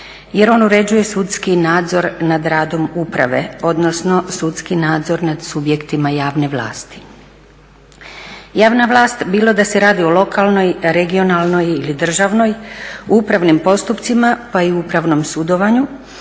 jer on uređuje sudski nadzor nad radom uprave, odnosno sudski nadzor nad subjektima javne vlasti. Javna vlast bilo da se radi o lokalnoj, regionalnoj ili državnoj u upravnim postupcima, pa i upravnom sudovanju